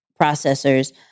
processors